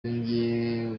yongeye